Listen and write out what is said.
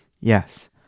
Yes